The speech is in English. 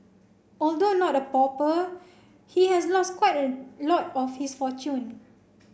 although not a pauper he has lost quite a lot of his fortune